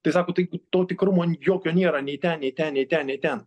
tai sako tai to tikrumo jokio nėra nei ten nei ten nei ten nei ten